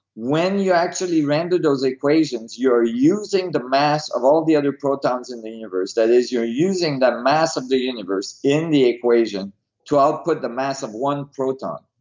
when you actually render those equations you are using the mass of all the other protons in the universe. that is you're using the mass of the universe in the equation to output the mass of one proton,